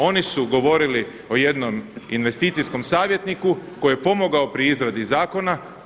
Oni su govorili o jednom investicijskom savjetniku koji je pomogao pri izradi zakona.